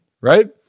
right